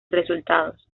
resultados